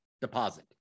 deposit